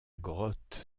grotte